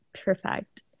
Perfect